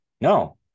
No